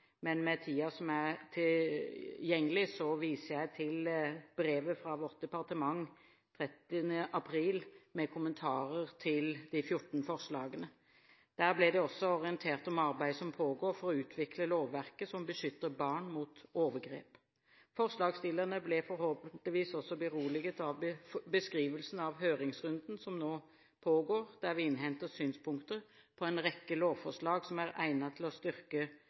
men med tiden som er tilgjengelig, viser jeg til brevet fra vårt departement 30. april med kommentarer til de 14 forslagene. Der ble det også orientert om arbeidet som pågår for å utvikle lovverket som beskytter barn mot overgrep. Forslagsstillerne ble forhåpentligvis også beroliget av beskrivelsen av høringsrunden som nå pågår, der vi innhenter synspunkter på en rekke lovforslag som er egnet til å styrke